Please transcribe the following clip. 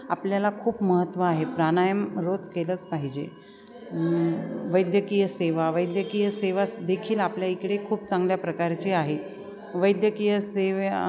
आपल्याला खूप महत्त्व आहे प्राणायाम रोज केलंच पाहिजे वैद्यकीय सेवा वैद्यकीय सेवा देखील आपल्या इकडे खूप चांगल्या प्रकारचे आहे वैद्यकीय सेवा